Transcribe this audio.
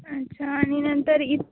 अच्छा आणि नंतर इथं